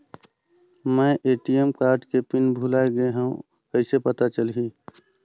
मैं ATM card के PIN भुलाए गे हववं कइसे पता चलही?